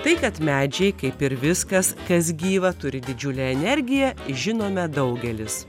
tai kad medžiai kaip ir viskas kas gyva turi didžiulę energiją žinome daugelis